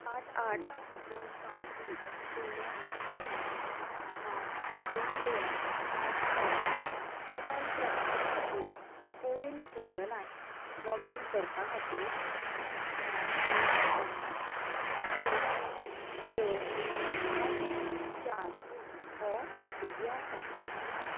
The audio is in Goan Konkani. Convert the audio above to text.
आठ आठ दोन पांच शुन्य शुन्य णव दोन दोन आठ चार मोबायल क्रमांका खातीर कोविन पोर्टलांत लॉगीन करपा खातीर णव पांच एक स आठ चार हो ओ टी पी आसा